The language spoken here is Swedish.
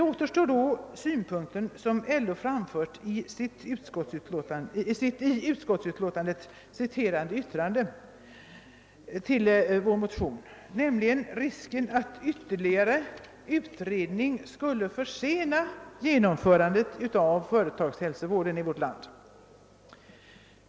Återstår då den synpunkt som LO framfört i sitt i utskottsutlåtandet citerade yttrande över våra motioner, nämligen risken för att ytterligare utredning skulle försena genomförandet av företagshälsovården i vårt land.